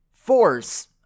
force